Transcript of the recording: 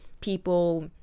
people